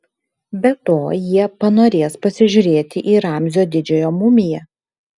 be to jie panorės pasižiūrėti į ramzio didžiojo mumiją